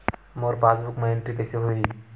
मोर passbook मा entry कइसे होही?